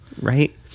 Right